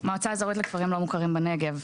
מועצה אזורית לכפרים לא מוכרים בנגב.